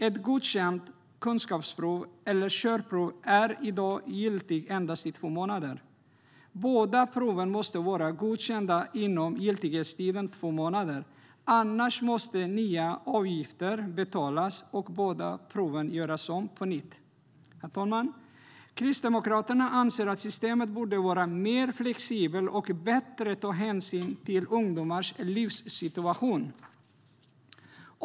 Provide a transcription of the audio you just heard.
Ett godkänt kunskapsprov eller körprov är i dag giltigt endast i två månader. Båda proven måste vara godkända inom giltighetstiden två månader, annars måste nya avgifter betalas och båda proven göras på nytt. Herr talman! Kristdemokraterna anser att systemet borde vara mer flexibelt och bättre ta hänsyn till ungdomars livssituation.